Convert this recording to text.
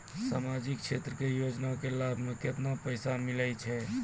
समाजिक क्षेत्र के योजना के लाभ मे केतना पैसा मिलै छै?